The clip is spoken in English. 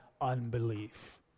unbelief